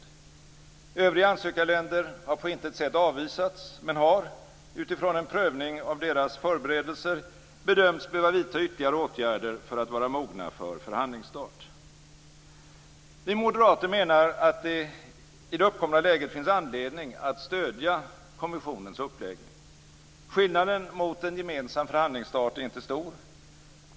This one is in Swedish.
Övriga ansökarländer har på intet sätt avvisats men har, utifrån en prövning av deras förberedelser, bedömts behöva vidta ytterligare åtgärder för att vara mogna för förhandlingsstart. Vi moderater menar att det i det uppkomna läget finns anledning att stödja kommissionens uppläggning. Skillnaden mot en gemensam förhandlingsstart är inte stor.